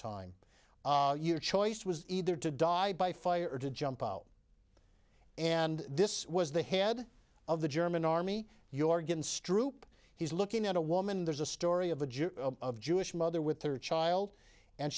time your choice was either to die by fire to jump out and this was the head of the german army your going stroup he's looking at a woman there's a story of a jew of jewish mother with her child and